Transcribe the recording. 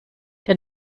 der